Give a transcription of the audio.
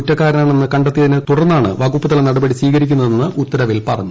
കുറ്റക്കാരനാണെന്ന് കണ്ടെത്തിയത് കൊണ്ടാണ് വകുപ്പുതല നടപടി സ്വീകരിക്കുന്നതെന്ന് ഉത്തരവിൽ പറഞ്ഞു